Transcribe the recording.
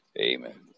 amen